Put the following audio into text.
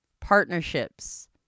partnerships